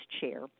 chair